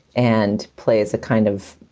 and play as a kind of